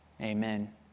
amen